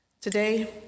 Today